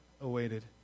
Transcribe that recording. awaited